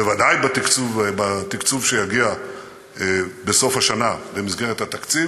בוודאי בתקצוב שיגיע בסוף השנה במסגרת התקציב,